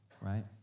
Right